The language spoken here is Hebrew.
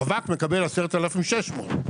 רווק מקבל 10,600 ₪.